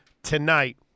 Tonight